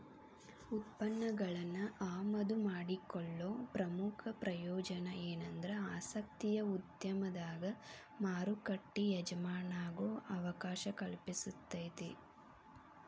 ಉತ್ಪನ್ನಗಳನ್ನ ಆಮದು ಮಾಡಿಕೊಳ್ಳೊ ಪ್ರಮುಖ ಪ್ರಯೋಜನ ಎನಂದ್ರ ಆಸಕ್ತಿಯ ಉದ್ಯಮದಾಗ ಮಾರುಕಟ್ಟಿ ಎಜಮಾನಾಗೊ ಅವಕಾಶ ಕಲ್ಪಿಸ್ತೆತಿ